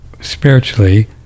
spiritually